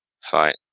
fight